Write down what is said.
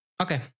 Okay